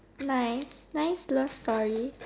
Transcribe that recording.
nice nice love story